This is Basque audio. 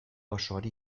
osoari